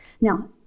Now